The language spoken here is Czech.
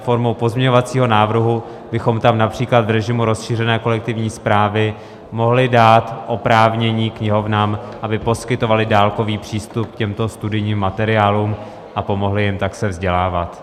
Formou pozměňovacího návrhu bychom tam například v režimu rozšířené kolektivní správy mohli dát oprávnění knihovnám, aby poskytovaly dálkový přístup k těmto studijním materiálům a pomohly jim tak se vzdělávat.